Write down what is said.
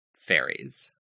fairies